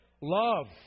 love